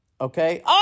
okay